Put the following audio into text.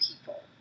people